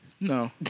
No